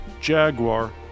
Jaguar